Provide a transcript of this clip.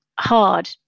hard